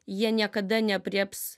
jie niekada neaprėps